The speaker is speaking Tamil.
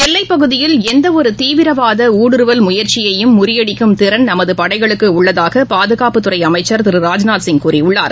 எல்லைப்பகுதியில் எந்தவொருதீவிரவாதஊடுருவல் முயற்சியையும் திறன் முறியடிக்கும் நமதுபடைகளுக்குஉள்ளதாகபாதுகாப்புத்துறைஅமைச்சர் திரு ராஜ்நாத் சிங் கூறியுள்ளார்